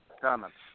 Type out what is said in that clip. comments